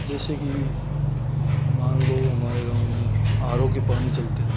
जैसे कि मान लो हमारे गाँव में आर ओ के पानी चलते हैं